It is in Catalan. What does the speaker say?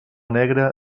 negre